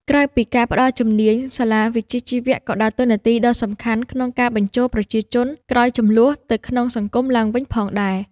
ក្រៅពីការផ្តល់ជំនាញ សាលាវិជ្ជាជីវៈក៏ដើរតួនាទីដ៏សំខាន់ក្នុងការបញ្ចូលប្រជាជនក្រោយជម្លោះទៅក្នុងសង្គមឡើងវិញផងដែរ។